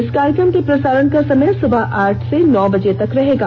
इस कार्यक्रम के प्रसारण का समय सुबह आठ से नौ बजे तक रहेगा